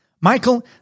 Michael